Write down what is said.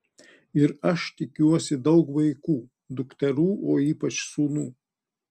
ir aš tikiuosi daug vaikų dukterų o ypač sūnų